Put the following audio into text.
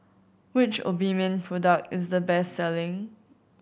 which Obimin product is the best selling